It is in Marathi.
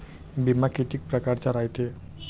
बिमा कितीक परकारचा रायते?